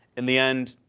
in the end,